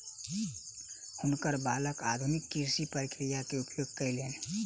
हुनकर बालक आधुनिक कृषि प्रक्रिया के उपयोग कयलैन